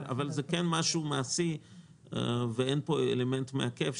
אבל זה כן דבר מעשי ואין פה אלמנט מעכב,